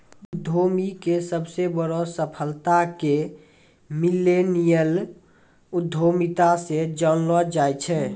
उद्यमीके सबसे बड़ो सफलता के मिल्लेनियल उद्यमिता से जानलो जाय छै